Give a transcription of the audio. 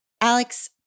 Alex